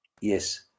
Yes